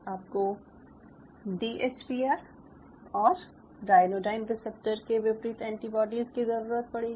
आपको D H P R और ryanodine receptor के विपरीत एंटीबाडीज की ज़रूरत पड़ेगी